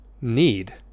need